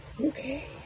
Okay